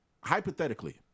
Hypothetically